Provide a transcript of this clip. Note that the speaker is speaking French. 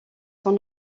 son